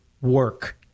work